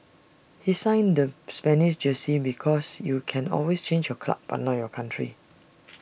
he signed the Spanish jersey because you can always change your club but not your country